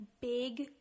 big